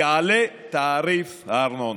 יעלה תעריף הארנונה,